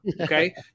Okay